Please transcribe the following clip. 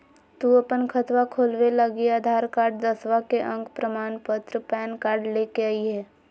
तू अपन खतवा खोलवे लागी आधार कार्ड, दसवां के अक प्रमाण पत्र, पैन कार्ड ले के अइह